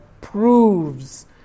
proves